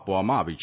આપવામાં આવી છે